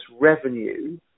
revenue